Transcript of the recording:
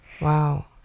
Wow